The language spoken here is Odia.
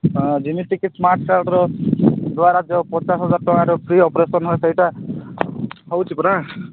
ହଁ ଯେମିତିକି ସ୍ମାର୍ଟ କାର୍ଡ୍ର ଦ୍ୱାରା ଯେଉଁ ପଚାଶହଜାର ଟଙ୍କାର ଫ୍ରି ଅପରେସନ୍ ହୁଏ ସେଇଟା ହେଉଛି ପରା